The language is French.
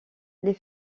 les